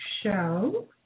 show